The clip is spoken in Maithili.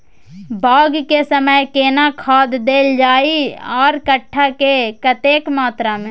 बाग के समय केना खाद देल जाय आर कट्ठा मे कतेक मात्रा मे?